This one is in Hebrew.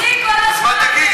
אז מה תגיד?